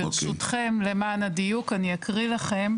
ברשותכם, למען הדיוק אקריא לכם,